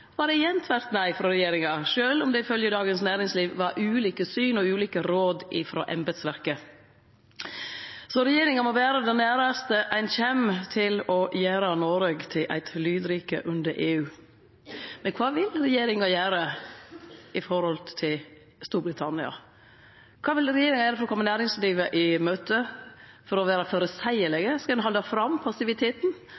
var det igjen tvert nei frå regjeringa, sjølv om det ifølgje Dagens Næringsliv var ulike syn og ulike råd frå embetsverket. Så regjeringa må vere det næraste ein kjem til å gjere Noreg til eit lydrike under EU. Men kva vil regjeringa gjere opp mot Storbritannia? Kva vil regjeringa gjere for å kome næringslivet i møte, for å